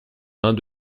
mains